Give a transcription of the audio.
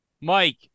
Mike